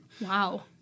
Wow